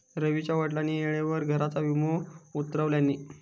रवीच्या वडिलांनी वेळेवर घराचा विमो उतरवल्यानी